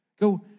Go